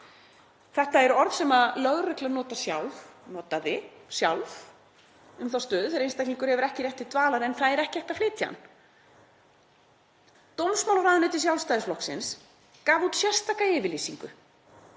Þetta eru orð sem lögreglan notaði sjálf um þá stöðu þegar einstaklingur hefur ekki rétt til dvalar en það er ekki hægt að flytja hann. Dómsmálaráðuneyti Sjálfstæðisflokksins gaf út sérstaka yfirlýsingu